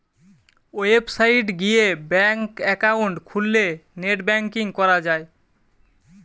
website গিয়ে bank account খুললে net banking করা যায়